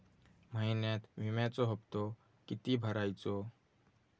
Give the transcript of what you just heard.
महिन्यात विम्याचो हप्तो किती भरायचो?